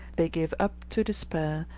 they give up to despair,